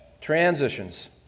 Transitions